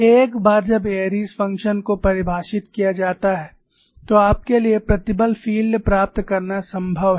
एक बार जब एयरी Airy's फ़ंक्शन को परिभाषित किया जाता है तो आपके लिए प्रतिबल फील्ड प्राप्त करना संभव है